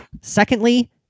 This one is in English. Secondly